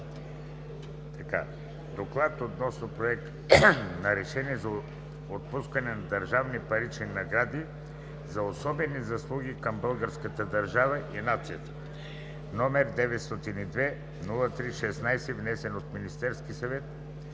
обсъди Проект на решение за отпускане на държавни парични награди за особени заслуги към българската държава и нацията, № 902-03-16, внесен от Министерския съвет